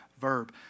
verb